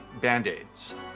Band-Aids